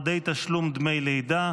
ומיסי הממשלה (פטורין) (פטור מארנונה למצללה),